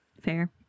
Fair